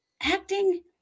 acting